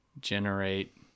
generate